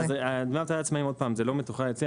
דמי אבטלה לעצמאים זה משהו שלא מתוכלל אצלי,